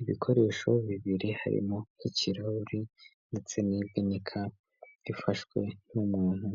Ibikoresho bibiri harimo ikirarahuri ndetse n'ibinika ifashwe n'umuntu